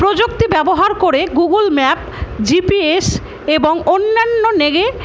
প্রযুক্তি ব্যবহার করে গুগল ম্যাপ জিপিএস এবং অন্যান্য নেড়ে